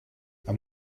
and